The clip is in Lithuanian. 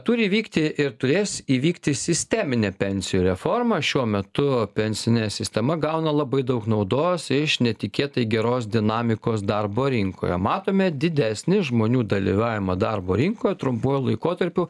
turi įvykti ir turės įvykti sisteminė pensijų reforma šiuo metu pensinė sistema gauna labai daug naudos iš netikėtai geros dinamikos darbo rinkoje matome didesnį žmonių dalyvavimą darbo rinkoje trumpuoju laikotarpiu